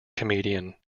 comedian